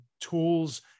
tools